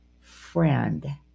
friend